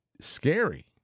scary